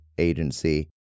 agency